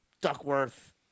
Duckworth